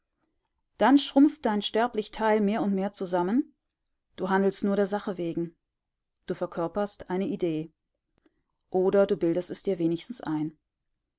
dann schrumpft dein sterblich teil mehr und mehr zusammen du handelst nur der sache wegen du verkörperst eine idee oder du bildest es dir wenigstens ein